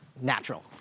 natural